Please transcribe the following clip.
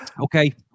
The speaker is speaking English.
Okay